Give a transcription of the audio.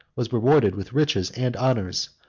was rewarded with riches and honors,